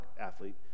athlete